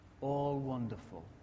all-wonderful